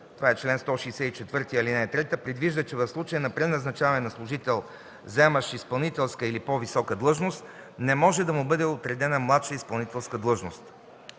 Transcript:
– чл. 164, ал. 3, който предвижда, че в случай на преназначаване на служител, заемащ изпълнителска или по-висока длъжност, не може да му бъде отредена младша изпълнителска длъжност.